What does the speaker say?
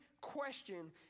question